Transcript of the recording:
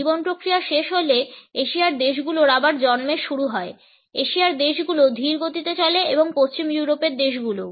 জীবন প্রক্রিয়া শেষ হলে এশিয়ার দেশগুলোর আবার জন্মের সময় শুরু হয় এশিয়ার দেশগুলো ধীরগতিতে চলে এবং পশ্চিম ইউরোপের দেশগুলো